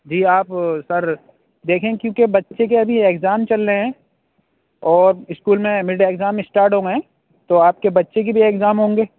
جی آپ سر دیکھیں کیونکہ بچے کے ابھی اگزام چل رہے ہیں اور اسکول میں مڈ ڈے اگزام اسٹارٹ ہونا ہے تو آپ کے بچے کے بھی اگزام ہوں گے